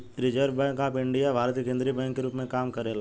reserve bank of India Bharat के केंद्रीय bank के रूप में काम करेला